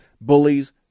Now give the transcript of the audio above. bullies